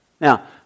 Now